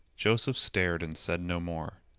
joseph stared and said no more.